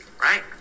Right